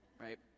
right